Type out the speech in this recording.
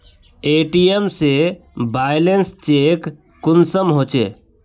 ATM से balance check कुंसम होचे?